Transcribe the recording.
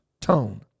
tone